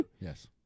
Yes